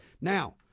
Now